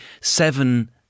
seven